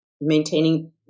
maintaining